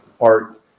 art